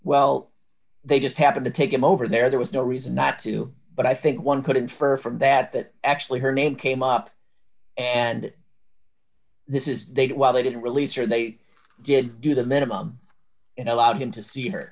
well they just happened to take him over there there was no reason not to but i think one could infer from that that actually her name came up and this is day while they didn't release her they did do the minimum and allowed him to see her